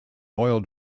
oil